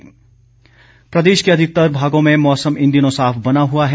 मौसम प्रदेश के अधिकतर भागों में मौसम इन दिनों साफ बना हुआ है